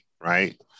right